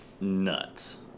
nuts